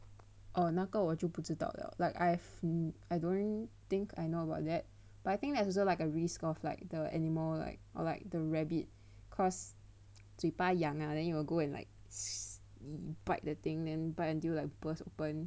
oh 那个我就不知道了 like I've like I don't think I know about that but I think there's also like a risk of like the animal like or like for the rabbit cause 嘴巴痒 ah then you will go and like the bite the thing then bite until like burst open